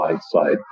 side